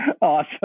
Awesome